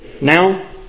Now